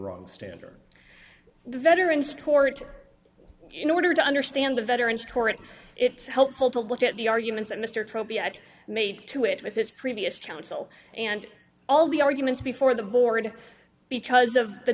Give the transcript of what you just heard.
wrong standard the veterans court in order to understand the veterans court it's helpful to look at the arguments that mr toby i made to it with his previous counsel and all the arguments before the board because of the